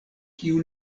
kiu